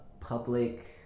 Public